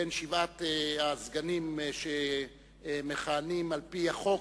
בין שבעת הסגנים שמכהנים על-פי החוק,